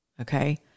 okay